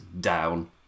down